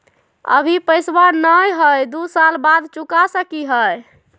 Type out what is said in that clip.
अभि पैसबा नय हय, दू साल बाद चुका सकी हय?